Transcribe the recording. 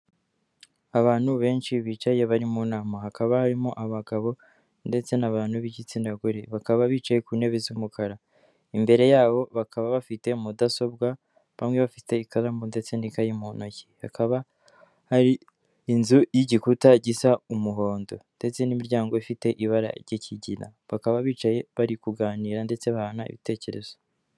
Abantu benshi bicaye bari mu nama hakaba harimo abagabo ndetse n'abantu b'igitsina gore bakaba bicaye ku ntebe z'umukara imbere yabo bakaba bafite mudasobwa bamwe bafite ikaramu ndetse n'ikayi mu nto ye hakaba hari inzu y'igikuta gisa umuhondo ndetse n'imiryango ifite ibara ry'ikigina bakaba bicaye bari kuganira ndetse bahana ibitekerezo.